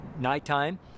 nighttime